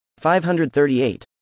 538